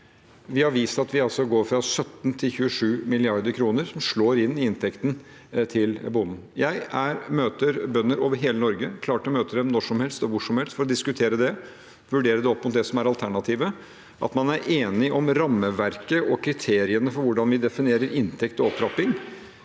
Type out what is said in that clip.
Vi har vist at vi altså går fra 17 mrd. kr til 27 mrd. kr, som slår inn i inntekten til bonden. Jeg møter bønder over hele Norge. Jeg er klar til å møte dem når som helst og hvor som helst for å diskutere det, vurdere det opp mot det som er alternativet. Beviset på at man er enig om rammeverket og kriteriene for hvordan vi definerer inntekt og opptrapping,